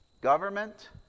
Government